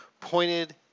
pointed